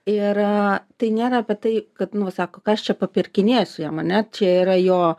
ir tai nėra apie tai kad nu va sako ką aš čia papirkinėsiu jam ane čia yra jo